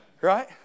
right